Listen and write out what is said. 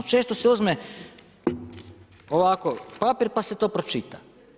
Često se uzme ovako papir, pa se to pročita.